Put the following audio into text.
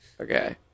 Okay